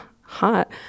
hot